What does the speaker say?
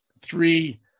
three